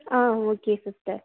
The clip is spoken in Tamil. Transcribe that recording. ah okay sister